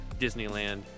disneyland